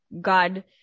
God